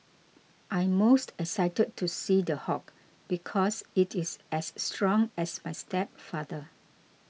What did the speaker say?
I'm most excited to see The Hulk because it is as strong as my stepfather